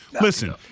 Listen